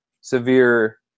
severe